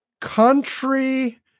country